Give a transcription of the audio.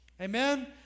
Amen